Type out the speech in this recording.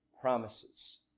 promises